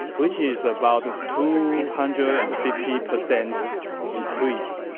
which is about a two hundred and fifty percent increase.